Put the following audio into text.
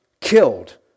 killed